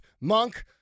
monk